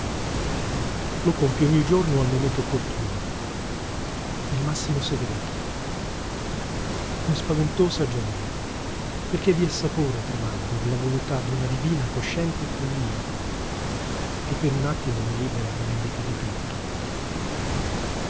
lo compio ogni giorno al momento opportuno nel massimo segreto con spaventosa gioja perché vi assaporo tremando la voluttà d'una divina cosciente follia che per un attimo mi libera e mi vendica di tutto